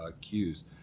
cues